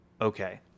okay